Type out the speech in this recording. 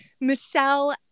Michelle